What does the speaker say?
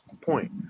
point